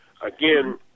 Again